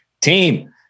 team